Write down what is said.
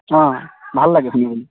অঁ ভাল লাগে শুনিবলৈ